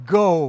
go